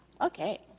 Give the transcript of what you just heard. Okay